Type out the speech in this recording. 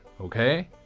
Okay